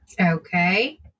Okay